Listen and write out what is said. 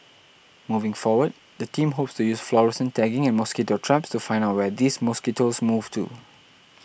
moving forward the team hopes to use fluorescent tagging and mosquito traps to find out where these mosquitoes move to